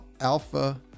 Alpha